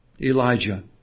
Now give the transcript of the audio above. Elijah